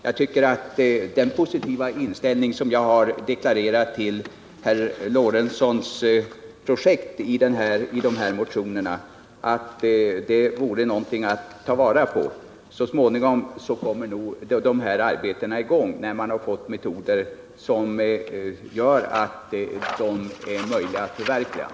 Jag tycker att den positiva inställning jag deklarerat till herr Lorentzons projekt i motionen vore någonting att ta vara på. Så småningom, när man fått metoder som fungerar, kommer de här arbetena i gång.